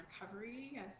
recovery